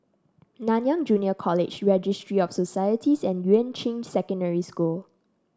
Nanyang Junior College Registry of Societies and Yuan Ching Secondary School